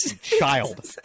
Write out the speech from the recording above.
child